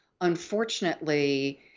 Unfortunately